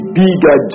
bigger